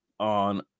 on